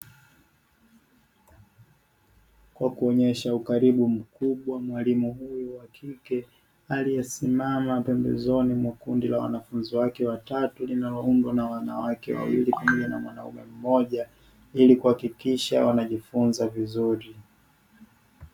Kwa kuonyesha ukaribu mkubwa, mwalimu huyu wa kike aliyesimama pembezoni mwa kundi la wanafunzi wake watatu linaloundwa na wanawake wawili pamoja na mwanaume mmoja, ili kuhakikisha wanajifunza vizuri.